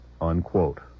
unquote